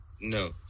No